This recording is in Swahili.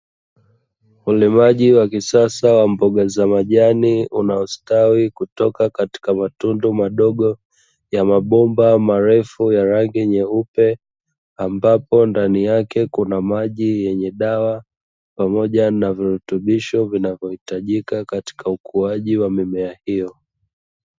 Ulimaji wa kisasa wa mboga za majani unaostawi kutoka katika matundu madogo ya mabomba marefu ya rangi nyeupe, ambapo ndani yake kuna maji yenye dawa pamoja na virutubisho vinavyohitajika katika ukuaji wa mimea hiyo.